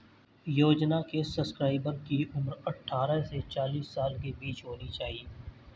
योजना के सब्सक्राइबर की उम्र अट्ठारह से चालीस साल के बीच होनी चाहिए